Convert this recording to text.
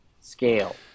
scale